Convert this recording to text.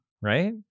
right